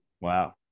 Wow